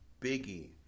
biggie